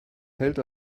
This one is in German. hält